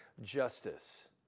justice